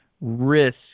risk